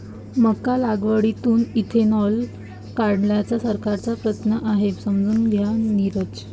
मका लागवडीतून इथेनॉल काढण्याचा सरकारचा प्रयत्न आहे, समजून घ्या नीरज